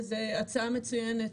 וזו הצעה מצוינת,